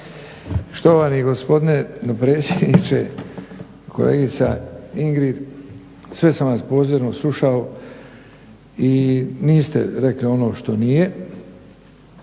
Štovani gospodine dopredsjedniče, kolegice Ingrid sve sam vas pozorno slušao i niste rekli ono što nije,